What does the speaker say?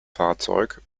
fahrzeug